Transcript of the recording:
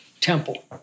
temple